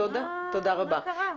מה קרה?